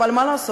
אבל מה לעשות,